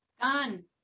Gun